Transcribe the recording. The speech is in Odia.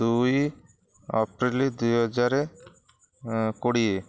ଦୁଇ ଅପ୍ରିଲ ଦୁଇହଜାରକୋଡ଼ିଏ